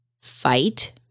fight